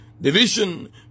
division